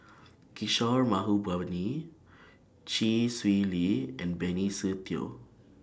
Kishore Mahbubani Chee Swee Lee and Benny Se Teo